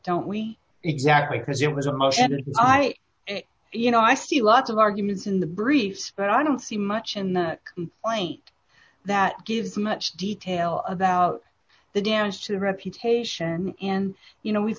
don't we exactly because it was emotional i you know i see lots of arguments in the briefs but i don't see much in the complaint that gives much detail about the damage to the reputation and you know we've